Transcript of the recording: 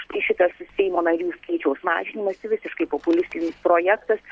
štai šitas seimo narių skaičiaus mažinimas visiškai populistinis projektas